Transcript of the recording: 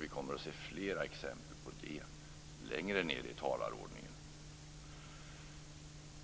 Vi kommer att se flera exempel på det längre ned i talarordningen.